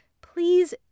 Please